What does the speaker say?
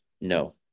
No